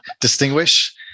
distinguish